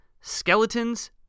skeletons